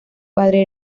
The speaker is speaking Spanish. padre